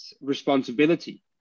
responsibility